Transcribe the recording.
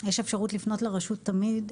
יש אפשרות לפנות לרשות תמיד,